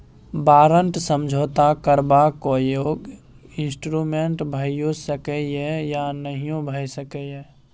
बारंट समझौता करबाक योग्य इंस्ट्रूमेंट भइयो सकै यै या नहियो भए सकै यै